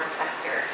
sector